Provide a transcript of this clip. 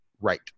right